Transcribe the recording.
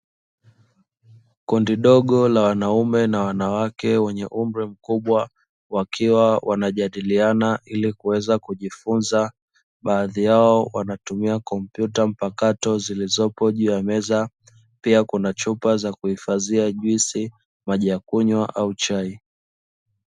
Kundi dogo la wanaume na wanawake wenye umri mkubwa wakiwa wanajadiliana ili kuweza kujifunza, baadhi yao wanatumia kompyuta mpakato zilizopo juu ya meza pia kuna chupa za kuhifadhia juisi, maji ya kunywa au chai.